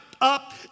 up